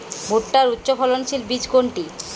ভূট্টার উচ্চফলনশীল বীজ কোনটি?